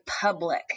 public